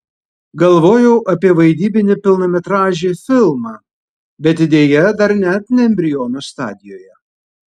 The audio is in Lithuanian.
galvoju apie vaidybinį pilnametražį filmą bet idėja dar net ne embriono stadijoje